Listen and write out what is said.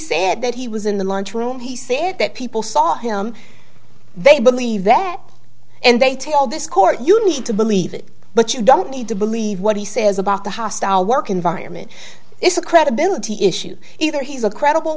said that he was in the lunchroom he said that people saw him they believe that and they tell this court you need to believe it but you don't need to believe what he says about the hostile work environment it's a credibility issue either he's a credible